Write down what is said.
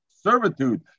servitude